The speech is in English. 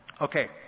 Okay